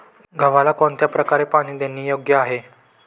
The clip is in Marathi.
गव्हाला कोणत्या प्रकारे पाणी देणे योग्य आहे?